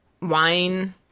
wine